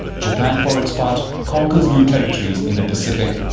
japan, for its part, conquers new territories in the pacific.